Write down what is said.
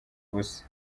ubusa